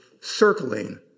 circling